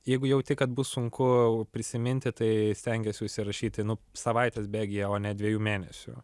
jeigu jauti kad bus sunku prisiminti tai stengiuosi užsirašyti nu savaitės bėgyje o ne dviejų mėnesių